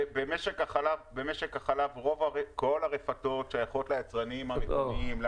במשק החלב כל הרפתות שייכות ליצרנים המקומיים,